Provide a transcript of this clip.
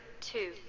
two